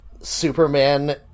Superman